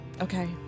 Okay